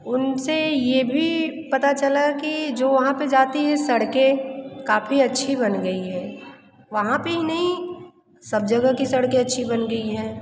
उनसे ये भी पता चला कि जो वहाँ पे जाती हैं सड़कें काफ़ी अच्छी बन गई हैं वहाँ पे ही नहीं सब जगह की सड़कें अच्छी बन गई हैं